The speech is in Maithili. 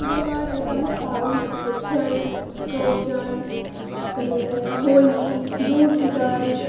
बिहारमे प्रमुख पाबनिसभ छै छठि चौड़चन तखनसँ होली जुड़शीतल